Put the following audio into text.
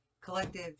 collective